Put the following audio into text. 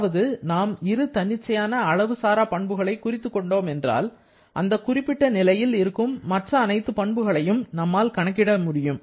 அதாவது நாம் இரு தன்னிச்சையான அளவு சாரா பண்புகளை குறித்துக் கொண்டோம் என்றால் அந்த குறிப்பிட்ட நிலையில் இருக்கும் மற்ற அனைத்து பண்புகளையும் நம்மால் கணக்கிட முடியும்